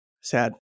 sad